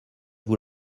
vous